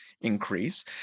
increase